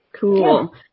Cool